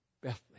Bethlehem